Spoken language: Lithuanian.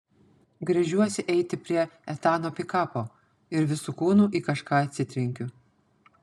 gręžiuosi eiti prie etano pikapo ir visu kūnu į kažką atsitrenkiu